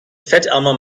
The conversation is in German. fettarmer